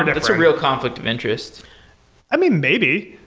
and that's a real conflict of interest i mean, maybe.